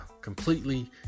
completely